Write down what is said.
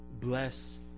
bless